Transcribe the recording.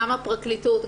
גם הפרקליטות,